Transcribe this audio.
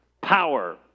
power